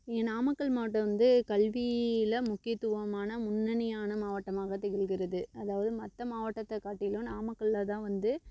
இங்கே நாமக்கல் மாவட்டம் வந்து கல்வியில் முக்கியத்துவமான முன்னணியான மாவட்டமாக திகழ்கிறது அதாவது மற்ற மாவட்டத்தை காட்டிலும் நாமக்கலில் தான் வந்து